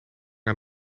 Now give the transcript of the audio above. aan